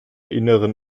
inneren